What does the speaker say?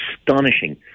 astonishing